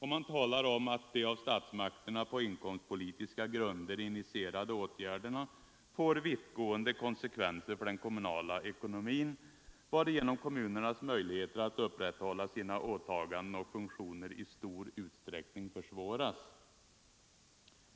Man talar om att de av statsmakterna på inkomstpolitiska grunder initierade åtgärderna får vittgående konsekvenser för den kommunala ekonomin, varigenom kommunernas möjligheter att upprätthålla sina åtaganden och funktioner i stor utsträckning försvåras.